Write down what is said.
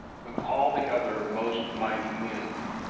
with all the other most mighty men.